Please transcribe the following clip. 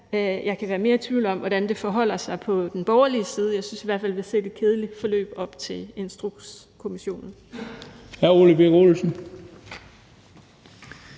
Jeg kan være mere i tvivl om, hvordan det forholder sig på den borgerlige side; jeg synes i hvert fald, at vi har set et kedeligt forløb op til Instrukskommissionen.